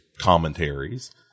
commentaries